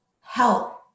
help